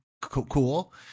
Cool